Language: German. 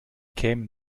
kämen